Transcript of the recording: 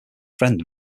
friend